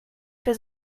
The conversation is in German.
für